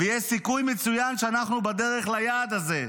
ויש סיכוי מצוין שאנחנו בדרך ליעד כזה".